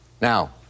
Now